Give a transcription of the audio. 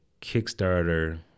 Kickstarter